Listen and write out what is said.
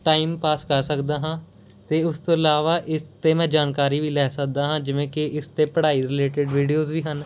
time pass ਕਰ ਸਕਦਾ ਹਾਂ ਅਤੇ ਉਸ ਤੋਂ ਇਲਾਵਾ ਇਸ 'ਤੇ ਮੈਂ ਜਾਣਕਾਰੀ ਵੀ ਲੈ ਸਕਦਾ ਹਾਂ ਜਿਵੇਂ ਕਿ ਇਸ 'ਤੇ ਪੜ੍ਹਾਈ ਰਿਲੇਟਡ ਵੀਡੀਓਜ ਵੀ ਹਨ